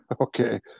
Okay